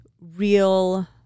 real